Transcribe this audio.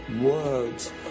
words